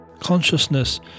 Consciousness